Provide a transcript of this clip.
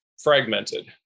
fragmented